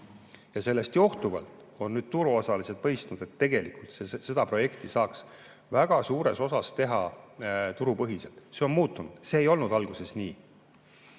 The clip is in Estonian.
ja sellest johtuvalt on turuosalised mõistnud, et tegelikult seda projekti saaks väga suures osas teha turupõhiselt. See on muutunud, see ei olnud alguses nii. Ja